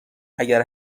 اگر